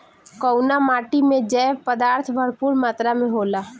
कउना माटी मे जैव पदार्थ भरपूर मात्रा में होला?